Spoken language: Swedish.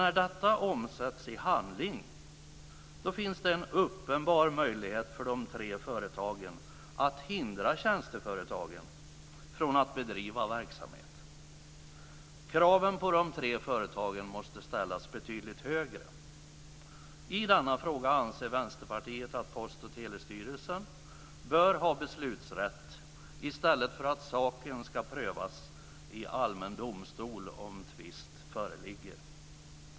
När detta omsätts i handling finns det en uppenbar möjlighet för det tre företagen att hindra tjänsteföretagen från att bedriva verksamhet. Kraven på de tre företagen måste ställas betydligt högre. I denna fråga anser Vänsterpartiet att Post och telestyrelsen bör ha beslutsrätt i stället för att saken ska prövas i allmän domstol om tvist föreligger.